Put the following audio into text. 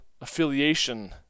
affiliation